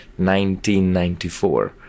1994